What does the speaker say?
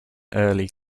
early